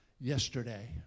yesterday